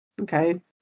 okay